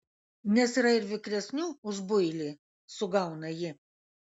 nes yra ir vikresnių už builį sugauna ji